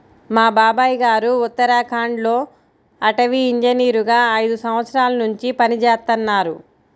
మా బాబాయ్ గారు ఉత్తరాఖండ్ లో అటవీ ఇంజనీరుగా ఐదు సంవత్సరాల్నుంచి పనిజేత్తన్నారు